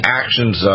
actions